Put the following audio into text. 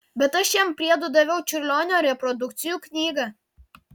bet aš jam priedo daviau čiurlionio reprodukcijų knygą